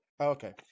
Okay